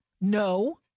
No